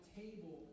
table